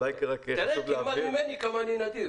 אולי רק חשוב להבהיר -- תלמד ממני כמה אני נדיב,